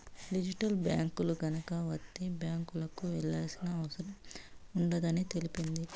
digital బ్యాంకులు గనక వత్తే బ్యాంకులకు వెళ్లాల్సిన అవసరం ఉండదని తెలిపింది